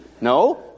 No